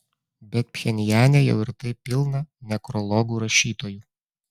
bet pchenjane jau ir taip pilna nekrologų rašytojų